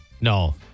No